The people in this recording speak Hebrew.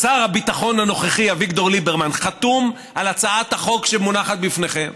שר הביטחון הנוכחי אביגדור ליברמן חתום על הצעת החוק שמונחת בפניכם